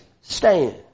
stand